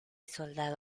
soldado